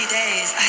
days